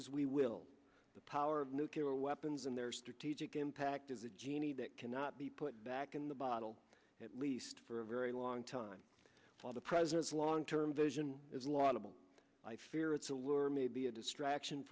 hope is we will the power of nuclear weapons and their strategic impact of the genie that cannot be put back in the bottle at least for a very long time for the president's long term vision is laudable i fear its allure may be a distraction